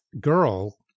girl